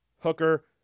Hooker